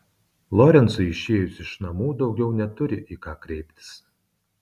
lorencui išėjus iš namų daugiau neturi į ką kreiptis